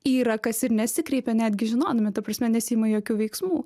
yra kas ir nesikreipia netgi žinodami ta prasme nesiima jokių veiksmų